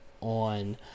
On